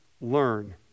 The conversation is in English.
learn